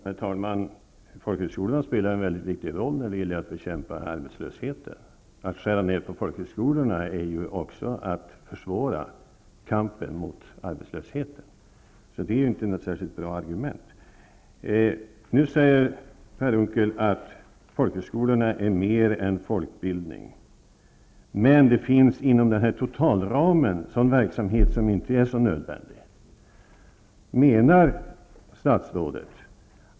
Herr talman! Folkhögskolorna spelar en mycket viktig roll när det gäller att bekämpa arbetslösheten. Att skära ned beträffande folkhögskolorna är ju också att försvåra kampen mot arbetslösheten. Så statsrådets argument är ju inte särskilt bra. Nu sade statsrådet att folkhögskolorna är mer än folkbildning och att det inom totalramen finns verksamhet som inte är så nödvändig.